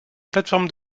plateforme